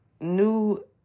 new